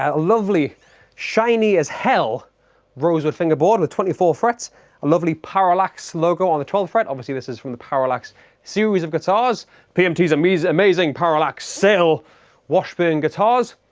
ah lovely shiny as hell rosewood fingerboard with twenty four frets a lovely parallax logo on the twelfth fret obviously this is from the parallax series of guitars pmt's um amazing parallaxe sale washburn guitars.